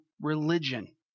religion